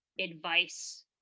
advice